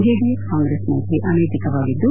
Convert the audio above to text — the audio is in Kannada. ಜೆಡಿಎಸ್ ಕಾಂಗ್ರೆಸ್ ಮೈತ್ರಿ ಅನೈತಿಕವಾಗಿದ್ದು